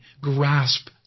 Grasp